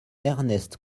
ernest